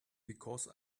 because